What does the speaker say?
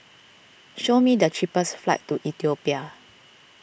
show me the cheapest flights to Ethiopia